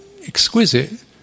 exquisite